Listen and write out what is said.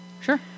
Sure